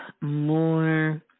more